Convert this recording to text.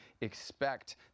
expect